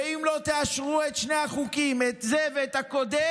ואם לא תאשרו את שני החוקים, את זה ואת הקודם,